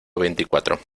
veinticuatro